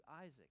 Isaac